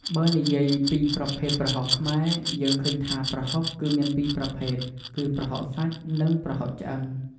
បើនិយាយពីប្រភេទប្រហុកខ្មែរ យើងឃើញថាប្រហុកគឺមានពីរប្រភេទ គឺប្រហុកសាច់ និងប្រហុកឆ្អឹង។